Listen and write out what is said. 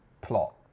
plot